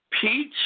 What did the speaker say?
peach